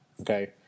Okay